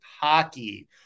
hockey